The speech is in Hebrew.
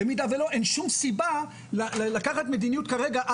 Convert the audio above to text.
אין שום סיבה לקחת מדיניות כרגע,